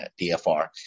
DFR